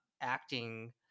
acting